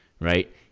right